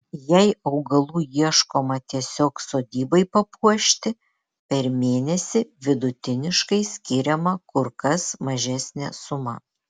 jei augalų ieškoma tiesiog sodybai papuošti per mėnesį vidutiniškai skiriama kur kas mažesnė suma